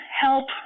help